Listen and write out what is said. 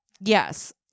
Yes